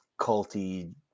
culty